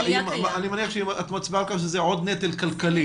מניח שאת מצביעה כאן שזה עוד נטל כלכלי.